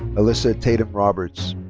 alyssa tatem roberts.